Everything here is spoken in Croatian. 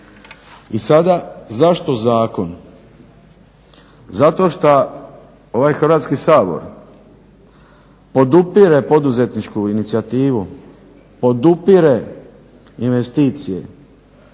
I sada zašto zakon? Zato što ovaj Hrvatski sabor podupire poduzetničku inicijativu, podupire investicije,